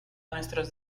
nuestros